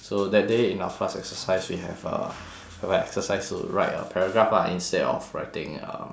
so that day in our class exercise we have uh have a exercise to write a paragraph ah instead of writing um